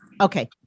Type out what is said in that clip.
Okay